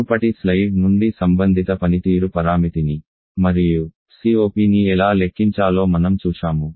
మునుపటి స్లయిడ్ నుండి సంబంధిత పనితీరు పరామితిని మరియు COPని ఎలా లెక్కించాలో మనం చూశాము